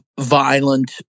violent